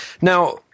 Now